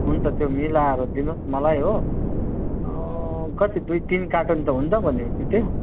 हुन्छ त्यो मिलाएर दिनुहोस् मलाई हो कति दुई तिन कार्टुन त हुन्छ भनेपछि त्यो